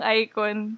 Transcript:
icon